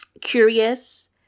curious